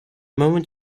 moment